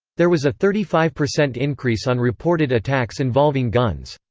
there was a thirty five percent increase on reported attacks involving guns.